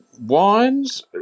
wines